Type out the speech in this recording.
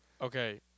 Okay